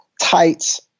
tights